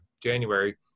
january